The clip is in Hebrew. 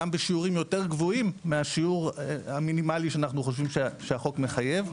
גם בשיעורים יותר גבוהים מהשיעור המינימלי שאנחנו חושבים שהחוק מחייב.